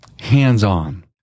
hands-on